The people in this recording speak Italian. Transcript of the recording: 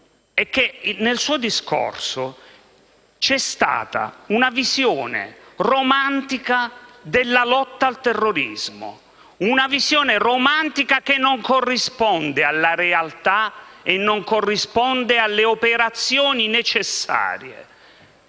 è che nel suo discorso c'è stata una visione romantica della lotta al terrorismo, che non corrisponde alla realtà e neppure alle operazioni necessarie